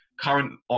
current